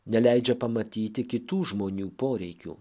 neleidžia pamatyti kitų žmonių poreikių